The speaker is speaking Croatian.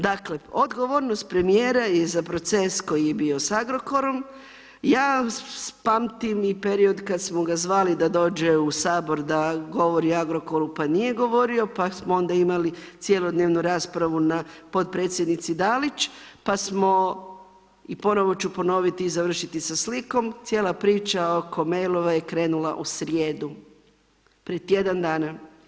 Dakle odgovornost premijera je za proces koji je bio a Agrokorom, ja pamtim i period kada smo ga zvali da dođe u Sabor da govori o Agrokoru pa nije govorio pa smo onda imali cjelodnevnu raspravu na potpredsjednici Dalić, pa smo i ponovo ću ponoviti i završiti sa slikom, cijela priča oko mailova je krenula u srijedu, prije tjedan dana.